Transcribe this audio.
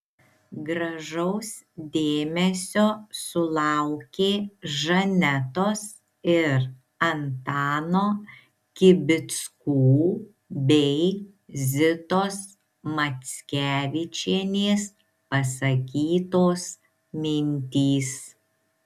gražaus dėmesio sulaukė žanetos ir antano kibickų bei zitos mackevičienės pasakytos mintys